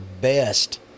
best